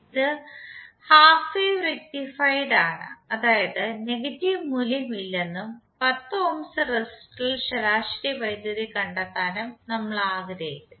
ഇത് ഇത് half wave rectified ആണ് അതായത് നെഗറ്റീവ് മൂല്യം ഇല്ലെന്നും 10 ഓംസ് റെസിസ്റ്ററിൽ ശരാശരി വൈദ്യുതി കണ്ടെത്താനും നമ്മൾ ആഗ്രഹിക്കുന്നു